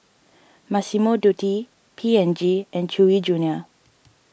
Massimo Dutti P and G and Chewy Junior